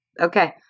Okay